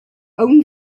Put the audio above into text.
own